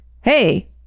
Hey